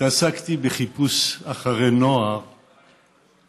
התעסקתי בחיפוש אחרי נוער